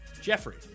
Jeffrey